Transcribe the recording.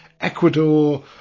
Ecuador